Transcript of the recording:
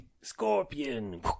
Scorpion